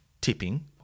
Tipping